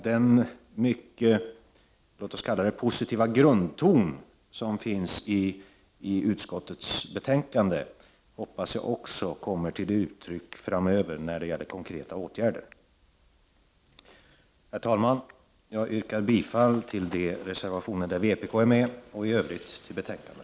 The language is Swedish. Den mycket positiva grundton som finns i utskottets betänkande hoppas jag också kommer till uttryck framöver när det gäller konkreta åtgärder. Herr talman! Jag yrkar bifall till de reservationer där vpk är med och i Övrigt till utskottets hemställan.